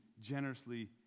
generously